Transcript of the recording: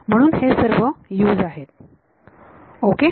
म्हणून हे सर्व U's आहेत ओके